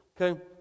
Okay